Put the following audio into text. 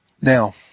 Now